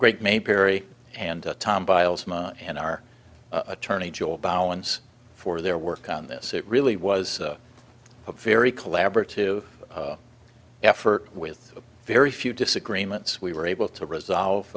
tom and our attorney joel ballance for their work on this it really was a very collaborative effort with very few disagreements we were able to resolve